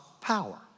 power